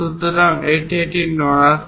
সুতরাং এটি একটি নলাকার